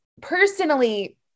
personally